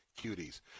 Cuties